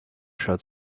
shirt